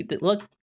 Look